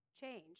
change